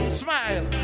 smile